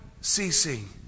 ceasing